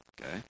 okay